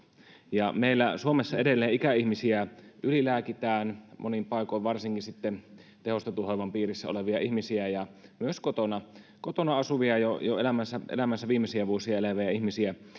ja meillä suomessa edelleen ikäihmisiä ylilääkitään monin paikoin varsinkin tehostetun hoivan piirissä olevia ihmisiä ja myös kotona kotona asuvia jo jo elämänsä elämänsä viimeisiä vuosia eläviä ihmisiä